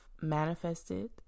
manifested